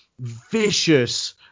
vicious